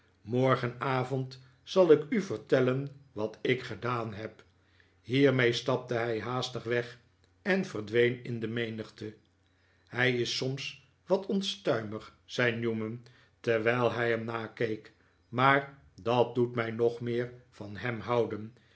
morgenavond zal ik u vertellen wat ik gedaan heb hiermee stapte hij haastig weg en verdween in de menigte hij is soms wat onstuimig zei newman terwijl hij hem nakeek maar dat doet mij nog meer van hem houden